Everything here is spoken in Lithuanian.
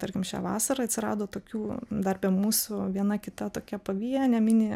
tarkim šią vasarą atsirado tokių dar be mūsų viena kita tokia pavienė mini